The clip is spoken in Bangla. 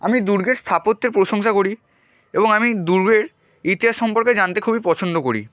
আমি দুর্গের স্থাপত্যের প্রশংসা করি এবং আমি দুর্গের ইতিহাস সম্পর্কে জানতে খুবই পছন্দ করি